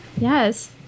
Yes